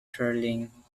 twirling